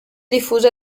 diffusa